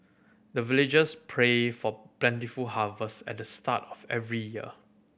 the villagers pray for plentiful harvest at the start of every year